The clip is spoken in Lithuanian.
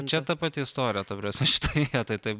čia ta pati istorija ta prasme šitoj vietoj taip